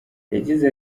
yagize